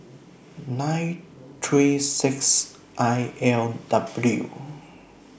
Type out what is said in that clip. nine three six I L W